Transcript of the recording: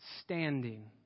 standing